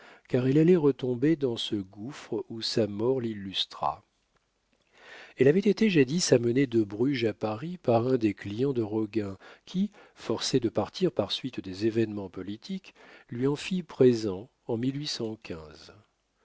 car elle allait retomber dans ce gouffre où sa mort l'illustra elle avait été jadis amenée de bruges à paris par un des clients de roguin qui forcé de partir par suite des événements politiques lui en fit présent en